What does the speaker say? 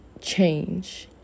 change